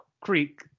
creek